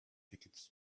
tickets